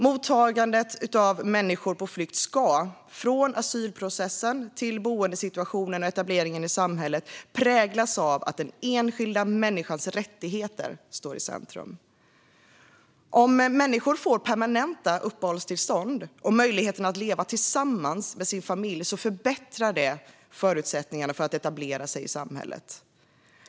Mottagandet av människor på flykt ska från asylprocessen till boendesituationen och etableringen i samhället präglas av att den enskilda människans rättigheter står i centrum. Om människor får permanenta uppehållstillstånd och möjlighet att leva tillsammans med sina familjer förbättrar det förutsättningarna för att etablera sig i samhället.